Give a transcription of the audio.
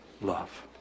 love